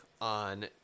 on